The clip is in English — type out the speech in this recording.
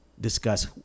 discuss